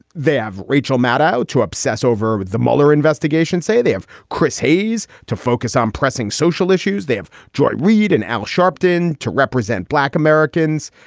they have rachel maddow to obsess over with the mueller investigation, say they have chris hayes to focus on pressing social issues. they have joy reid and al sharpton to represent black americans.